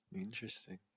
Interesting